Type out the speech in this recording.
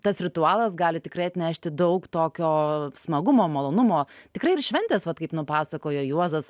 tas ritualas gali tikrai atnešti daug tokio smagumo malonumo tikrai ir šventės vat kaip nupasakojo juozas